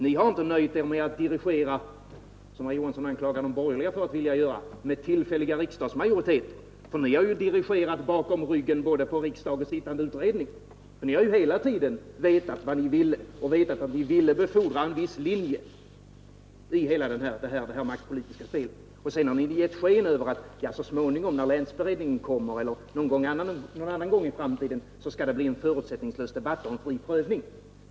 Ni har inte nöjt er med att dirigera — som herr Johansson anklagar de borgerliga för att vilja göra — med tillfälliga riksdagsmajoriteter. Ni har ju dirigerat bakom ryggen på både riksdag och sittande utredning, för ni har hela tiden vetat vad ni ville. Ni ville befordra en viss linje i hela det här maktpolitiska spelet, och sedan har ni gett sken av att så småningom, när länsberedningen kommer eller någon annan gång i framtiden, skall det bli en förutsättningslös debatt och en fri prövning.